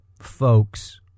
folks